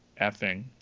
effing